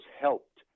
helped